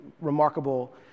remarkable